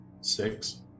Six